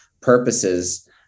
purposes